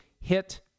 hit